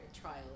trial